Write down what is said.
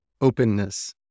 Openness